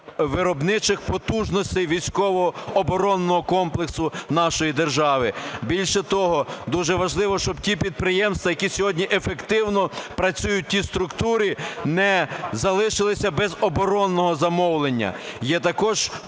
виробничих потужностей військово-оборонного комплексу нашої держави. Більше того, дуже важливо, щоб ті підприємства, які сьогодні ефективно працюють, ті структури не залишилися без оборонного замовлення. Є також